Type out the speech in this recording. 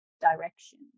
direction